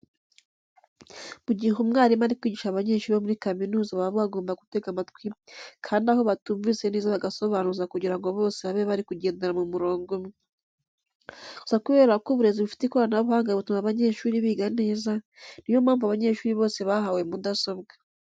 Mu gihe umwarimu ari kwigisha abanyeshuri bo muri kaminuza baba bagomba gutega amatwi kandi aho batumvise neza bagasobanuza kugira ngo bose babe bari kugendera mu murongo umwe. Gusa kubera ko uburezi bufite ikoranabuhanga butuma abanyeshuri biga neza, ni yo mpamvu abanyeshuri bose bahawe mudasobwa.